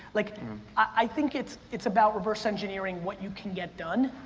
like i think it's it's about reverse-engineering what you can get done.